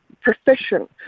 profession